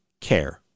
Care